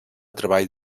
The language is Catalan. treball